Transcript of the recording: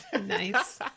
Nice